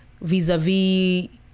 vis-a-vis